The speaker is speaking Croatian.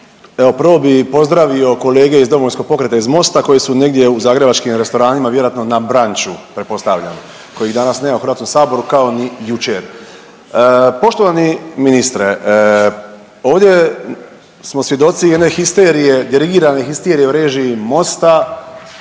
evo prvo bi pozdravio kolege iz Domovinskog pokreta i iz MOST-a koji su negdje u zagrebačkim restoranima vjerojatno na branču pretpostavljam, kojih danas nema u Hrvatskom saboru kao ni jučer. Poštovani ministre ovdje smo svjedoci jedne histerije, dirigirane histerije u režiji MOST-a,